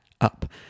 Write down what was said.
up